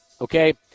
okay